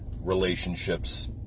relationships